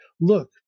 look